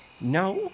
No